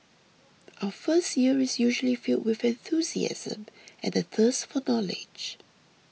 our first year is usually filled with enthusiasm and the thirst for knowledge